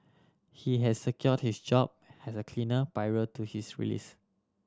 he had secured his job has a cleaner prior to his release